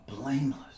blameless